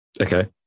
Okay